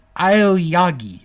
Aoyagi